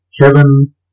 Kevin